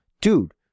Dude